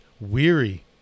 weary